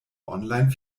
online